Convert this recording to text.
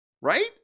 right